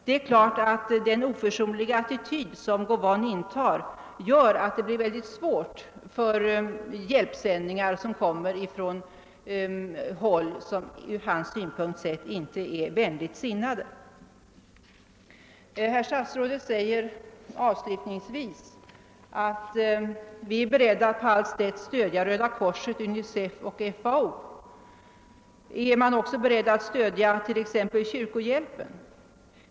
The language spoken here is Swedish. Det är klart att den oförsonliga attityd som Gowon intar gör att det blir mycket svårt att få fram hjälpsändningar från håll där man ur hans synpunkt inte är vänligt sinnad. Avslutningsvis säger utrikesministern: » Vi är beredda att på allt sätt stödja Röda korset, UNICEF och FAO ———«» Är man också beredd att stödja t.ex. kyrkohjälpen?